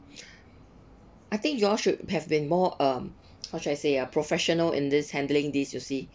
I think you all should have been more uh how should I say ah professional in this handling this you see